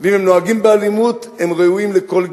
ואם הם נוהגים באלימות, הם ראויים לכל גנאי,